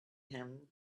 him